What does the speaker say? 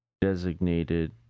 designated